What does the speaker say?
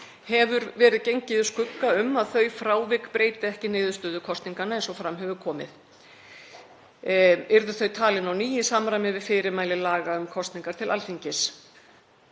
hefur verið gengið úr skugga um að þau frávik breyttu ekki niðurstöðu kosninganna, eins og fram hefur komið, yrðu þau talin á ný í samræmi við fyrirmæli laga um kosningar til Alþingis.